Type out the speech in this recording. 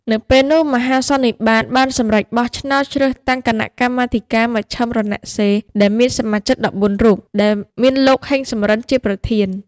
នៅពេលនោះមហាសន្និបាត បានសម្រេចបោះឆ្នោតជ្រើសតាំង គណៈកម្មាធិការមជ្ឈិមរណសិរ្យ ដែលមានសមាជិក ១៤រូប ដែលមានលោក ហេង សំរិន ជាប្រធាន ។